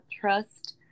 trust